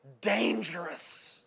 dangerous